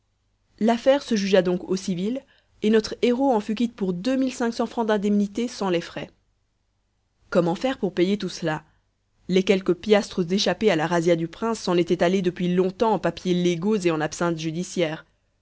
l'affaire se jugea donc au civil et notre héros en fut quitte pour deux mille cinq cents francs d'indemnité sans les frais comment faire pour payer tout cela les quelques piastres échappées à la razzia du prince s'en étaient allées depuis longtemps en papiers légaux et en absinthes judiciaires